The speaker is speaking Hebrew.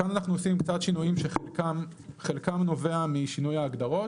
כאן אנחנו עושים קצת שינויים שחלקם נובע משינוי ההגדרות,